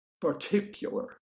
particular